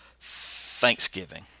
thanksgiving